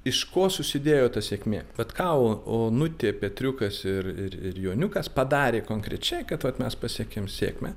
iš ko susidėjo ta sėkmė vat ką onutė petriukas ir joniukas padarė konkrečiai kad vat mes pasiekėm sėkmę